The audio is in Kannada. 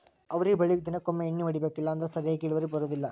ಅವ್ರಿ ಬಳ್ಳಿಗು ಹದನೈದ ದಿನಕೊಮ್ಮೆ ಎಣ್ಣಿ ಹೊಡಿಬೇಕ ಇಲ್ಲಂದ್ರ ಸರಿಯಾಗಿ ಇಳುವರಿ ಬರುದಿಲ್ಲಾ